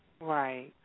Right